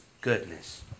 goodness